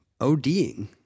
ODing